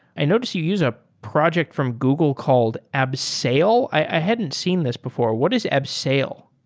i noticed you used a project from google called absale. i hadn't seen this before. what is absale?